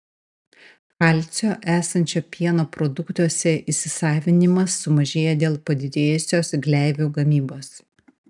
kalcio esančio pieno produktuose įsisavinimas sumažėja dėl padidėjusios gleivių gamybos